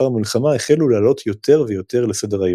המלחמה החלו לעלות יותר ויותר לסדר היום.